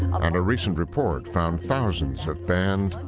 and a recent report found thousands of banned,